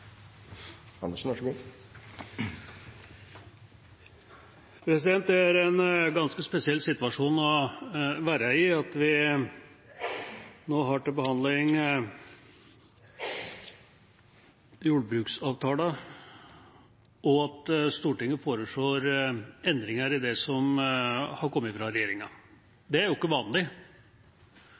Det er en ganske spesiell situasjon å være i, at vi nå har til behandling jordbruksavtalen, og at Stortinget foreslår endringer i det som har kommet fra regjeringa. Det er jo ikke vanlig.